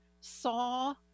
saw